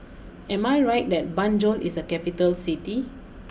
am I right that Banjul is a capital City